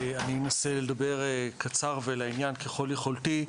אני אנסה לדבר קצר ולעניין ככל יכולתי.